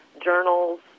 journals